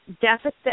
deficit